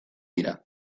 dira